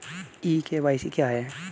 ई KYC क्या है?